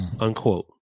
unquote